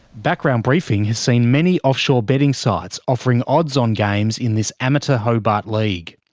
background briefing has seen many offshore betting sites offering odds on games in this amateur hobart league.